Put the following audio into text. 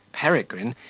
peregrine,